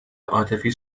عاطفی